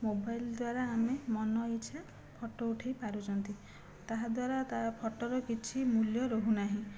mobile ଦ୍ୱାରା ଆମେ ମନ ଇଚ୍ଛା ଫଟୋ ଉଠାଇପାରୁଛନ୍ତି ତାହା ଦ୍ୱାରା ତା ଫଟୋର କିଛି ମୂଲ୍ୟ ରହୁନାହିଁ